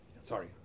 Sorry